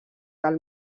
del